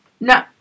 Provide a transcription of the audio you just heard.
No